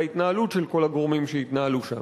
וההתנהלות של כל הגורמים שהתנהלו שם.